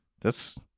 thats